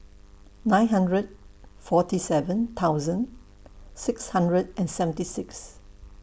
nine hundred forty seven thousand six hundred and seventy six